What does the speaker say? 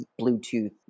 Bluetooth